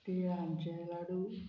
तिळांचे लाडू